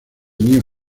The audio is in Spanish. new